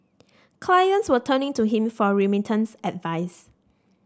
clients were turning to him for remittance advice